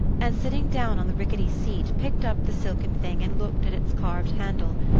and sitting down on the rickety seat picked up the silken thing and looked at its carved handle,